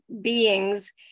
beings